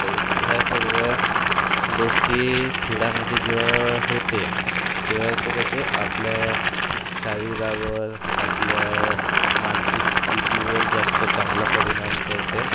तर ह्या सर्व गोष्टी खेळामध्ये जेव्हा होते तेव्हा ते कसे आपल्या शरीरावर आपल्या मानसिक स्थितीवर जास्त चांगला परिणाम करते